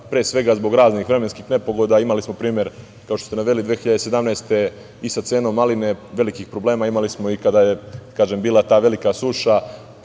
pre svega zbog raznih vremenskih nepogoda. Imali smo primer, kao što ste naveli 2017. godine i sa cenom maline, velikih problema imali smo i kada je bila ta velika suša.